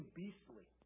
beastly